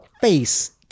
face